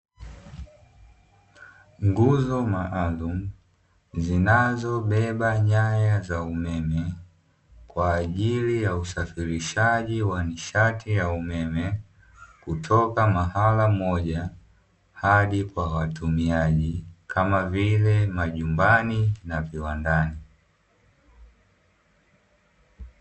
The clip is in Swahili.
Nguzo maalumu zinazobeba nyaya za umeme kwa ajili ya nishati ya umeme, kutoka mahala moja hadi kwa watumiaji kama vile majumbani na viwandani.